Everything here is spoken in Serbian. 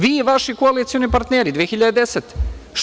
Vi i vaši koalicioni partneri 2010. godine.